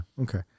Okay